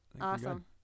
Awesome